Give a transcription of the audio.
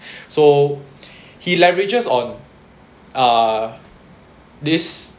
so he leverages on uh this